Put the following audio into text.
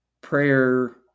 prayer